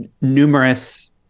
numerous